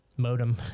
Modem